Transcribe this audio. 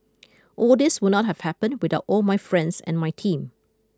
all this would not have happened without all my friends and my team